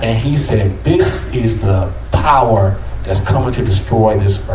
ah he said, this is the power that's coming to destroy this